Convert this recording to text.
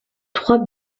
trois